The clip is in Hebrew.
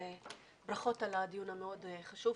ברכות על הדיון המאוד חשוב.